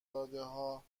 دادهها